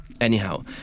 Anyhow